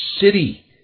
city